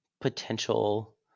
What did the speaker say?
potential